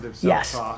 yes